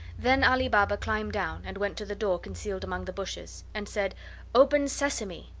then ali baba climbed down and went to the door concealed among the bushes, and said open, sesame!